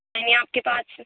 ہے نہیں آپ کے پاس